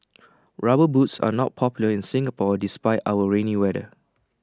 rubber boots are not popular in Singapore despite our rainy weather